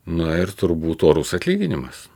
na ir turbūt orus atlyginimas